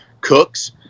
Cooks